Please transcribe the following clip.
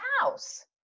house